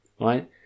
Right